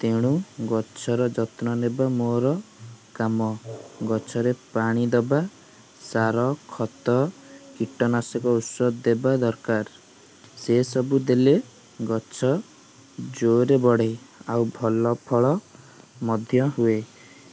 ତେଣୁ ଗଛର ଯତ୍ନ ନେବା ମୋର କାମ ଗଛରେ ପାଣି ଦେବା ସାର ଖତ କୀଟନାଶକ ଔଷଧ ଦେବା ଦରକାର ସେ ସବୁ ଦେଲେ ଗଛ ଜୋରରେ ବଢ଼େ ଆଉ ଭଲ ଫଳ ମଧ୍ୟ ହୁଏ